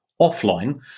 offline